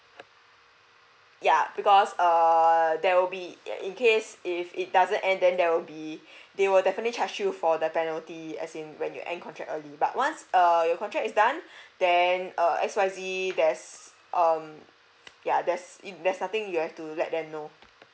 ya because err there will be in case if it doesn't and then there will be they will definitely charge you for the penalty as in when you end contract early but once err your contract is done then uh as well as the there's um ya there's if there's something you have to let them know